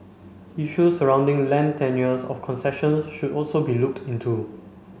issues surrounding land tenures of concessions should also be looked into